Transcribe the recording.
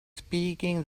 speaking